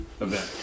event